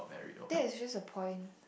that is just a point